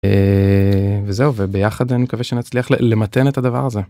וזהו וביחד אני מקווה שנצליח למתן את הדבר הזה.